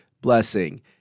blessing